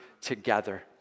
together